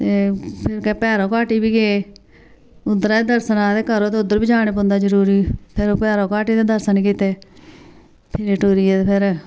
अग्गें भैरो घाटी बी गे उद्धरा दे दर्शन आखदे करो ते उद्धर बी जाना पौंदा जरूरी फिर भैरो घाटी दर्शन दे कीते फिरी टूरियै ते फिर